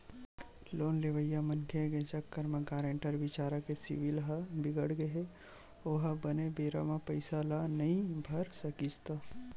loan लेवइया मनखे के चक्कर म गारेंटर बिचारा के सिविल ह बिगड़गे हे ओहा बने बेरा म पइसा ल नइ भर सकिस त